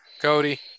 Cody